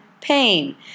pain